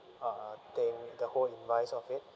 uh thing the whole invoice of it